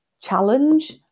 challenge